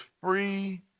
free